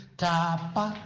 tapa